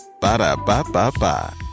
Ba-da-ba-ba-ba